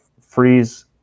freeze